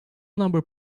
number